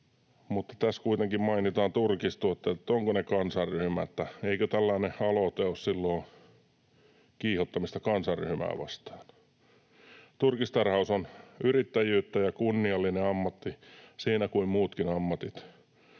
mutta tässä kuitenkin mainitaan turkistuottajat. Ovatko he kansanryhmä, eli eikö tällainen aloite ole silloin kiihottamista kansanryhmää vastaan? Turkistarhaus on yrittäjyyttä ja kunniallinen ammatti siinä kuin muutkin ammatit.